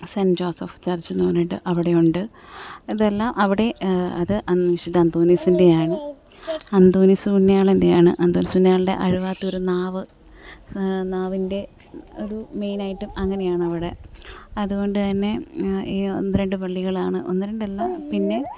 saint Joseph ചർച്ചെന്ന് പറഞ്ഞിട്ട് അവിടെയുണ്ട് ഇതെല്ലാം അവിടെ അത് വിശുദ്ധ അന്തോന്ന്യാസിൻ്റെയാണ് അന്തോണീസ് പുണ്യാളൻ്റെയാണ് അന്തോണീസ് പുണ്യാളൻ്റെ അഴുവത്ത ഒരു നാവ് നാവിൻ്റെ ഒരു മെയിൻ ആയിട്ടും അങ്ങനെയാണ് അവിടെ അതുകൊണ്ടുതന്നെ ഈ ഒന്ന് രണ്ട് പള്ളികളാണ് ഒന്ന് രണ്ടല്ല പിന്നെ